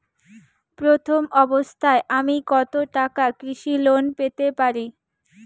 প্রথম অবস্থায় আমি কত টাকা কৃষি লোন পেতে পারি?